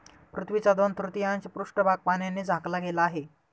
पृथ्वीचा दोन तृतीयांश पृष्ठभाग पाण्याने झाकला गेला आहे